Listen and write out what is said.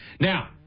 Now